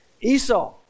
Esau